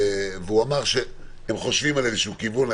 והוא אמר שהם חושבים על איזשהו כיוון.